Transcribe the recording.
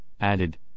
added